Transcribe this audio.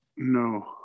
No